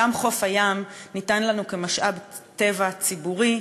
גם חוף הים ניתן לנו כמשאב טבע ציבורי,